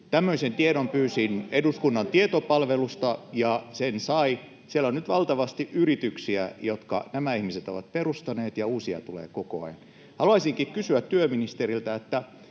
Tämmöisen tiedon pyysin eduskunnan tietopalvelusta, ja sen sain. Nyt on valtavasti yrityksiä, jotka nämä ihmiset ovat perustaneet, ja uusia tulee koko ajan. Haluaisinkin kysyä työministeriltä: